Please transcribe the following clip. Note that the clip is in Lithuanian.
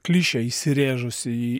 klišė įsirėžusi į